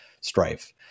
strife